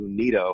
Unido